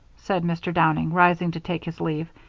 said mr. downing, rising to take his leave.